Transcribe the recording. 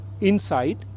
inside